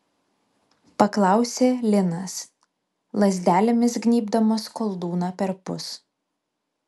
paklausė linas lazdelėmis gnybdamas koldūną perpus